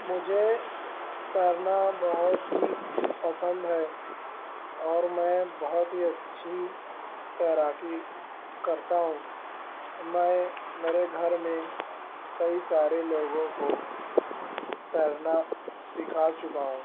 مجھے تیرنا بہت ہی پسند ہے اور میں بہت ہی اچھی تیراکی کرتا ہوں میں میرے گھر میں کئی سارے لوگوں کو تیرنا سکھا چکا ہوں